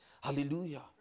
Hallelujah